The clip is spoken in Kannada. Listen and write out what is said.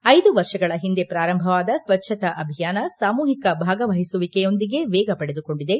ಐದು ವರ್ಷಗಳ ಹಿಂದೆ ಪ್ರಾರಂಭವಾದ ಸ್ವಚ್ಛತಾ ಅಭಿಯಾನ ಸಾಮೂಹಿಕ ಭಾಗವಹಿಸುವಿಕೆಯೊಂದಿಗೆ ವೇಗ ಪಡೆದುಕೊಂಡಿದೆ